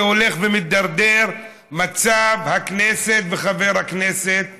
הולך ומידרדר מצב הכנסת וחברי הכנסת בכללי.